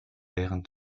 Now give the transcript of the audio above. während